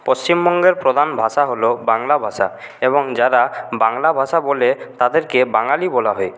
পশ্চিমবঙ্গের প্রধান ভাষা হলো বাংলা ভাষা এবং যারা বাংলা ভাষা বলে তাদেরকে বাঙালি বলা হয়